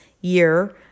year